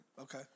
Okay